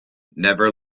never